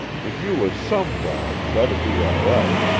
if you was some dogs, that'd be all right.